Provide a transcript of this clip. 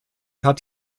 hat